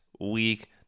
week